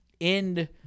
end